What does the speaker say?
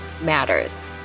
matters